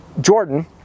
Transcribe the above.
Jordan